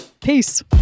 Peace